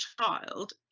child